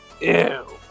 Ew